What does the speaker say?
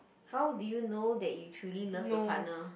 how did you know that you truly love your partner